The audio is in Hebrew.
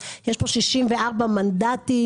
האמת,